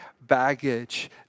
baggage